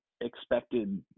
expected